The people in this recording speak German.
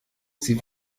sie